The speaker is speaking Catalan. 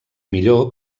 millor